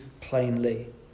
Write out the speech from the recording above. plainly